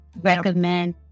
recommend